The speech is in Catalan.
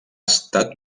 estat